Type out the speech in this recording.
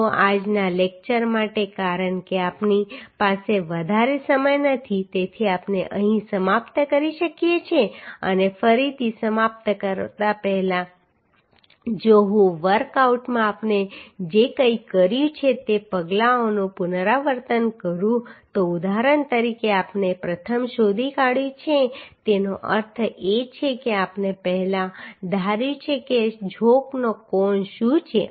તો આજના લેક્ચર માટે કારણ કે આપણી પાસે વધારે સમય નથી તેથી આપણે અહીં સમાપ્ત કરી શકીએ છીએ અને ફરીથી સમાપ્ત કરતા પહેલા જો હું વર્કઆઉટમાં આપણે જે કંઈ કર્યું છે તે પગલાંઓનું પુનરાવર્તન કરું તો ઉદાહરણ તરીકે આપણે પ્રથમ શોધી કાઢ્યું છે તેનો અર્થ એ છે કે આપણે પહેલા ધાર્યું છે કે ઝોકનો કોણ શું છે